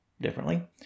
differently